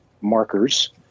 markers